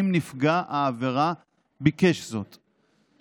אם נפגע העבירה ביקש זאת,